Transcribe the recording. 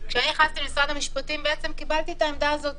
כשאני נכנסתי למשרד המשפטים קיבלתי את העמדה הזאת